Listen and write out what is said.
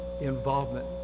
involvement